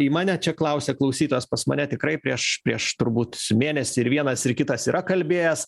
į mane čia klausia klausytojas pas mane tikrai prieš prieš turbūt mėnesį ir vienas ir kitas yra kalbėjęs